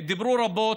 דיברו רבות,